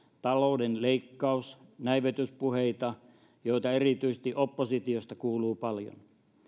talouden leikkaus ja näivetyspuheita joita erityisesti oppositiosta kuuluu paljon